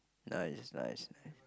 nice nice